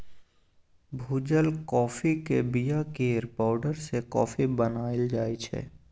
भुजल काँफीक बीया केर पाउडर सँ कॉफी बनाएल जाइ छै